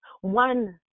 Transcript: one